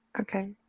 Okay